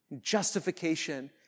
justification